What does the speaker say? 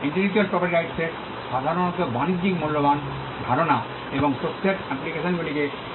intellectual property rights এর সাধারণত বাণিজ্যিক মূল্যবান ধারণা এবং তথ্যের অ্যাপ্লিকেশনগুলিকে সুরক্ষা দেয়